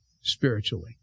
spiritually